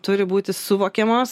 turi būti suvokiamos